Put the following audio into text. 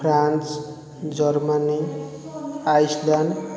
France Germany Iceland